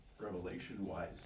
revelation-wise